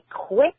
quick